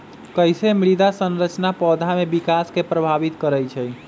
कईसे मृदा संरचना पौधा में विकास के प्रभावित करई छई?